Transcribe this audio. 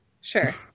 Sure